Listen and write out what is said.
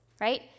right